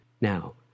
now